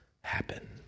happen